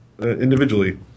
individually